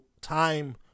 time